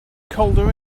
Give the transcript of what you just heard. colder